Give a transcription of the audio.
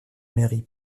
méry